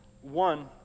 One